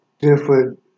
different